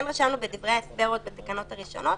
כן רשמנו בדברי ההסבר עוד בתקנות הראשונות